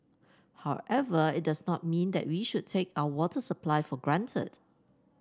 however it does not mean that we should take our water supply for granted